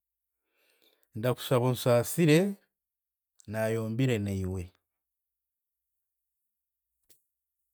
Ndakushaba onsaasire, naayombire naiwe.